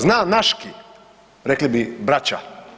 Znam „naški“, rekli bi braća.